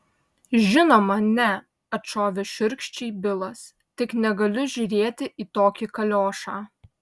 žinoma ne atšovė šiurkščiai bilas tik negaliu žiūrėti į tokį kaliošą